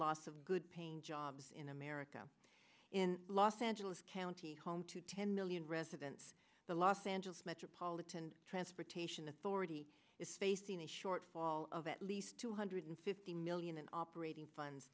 loss of good paying jobs in america in los angeles county home to ten million residents the los angeles metropolitan transportation authority is facing a shortfall of at least two hundred fifty million in operating funds